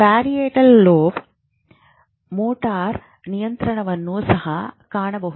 parietal lobe motor ನಿಯಂತ್ರಕವನ್ನು ಸಹ ಕಾಣಬಹುದು